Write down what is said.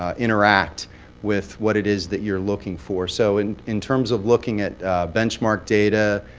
ah interact with what it is that you're looking for. so in in terms of looking at benchmark data,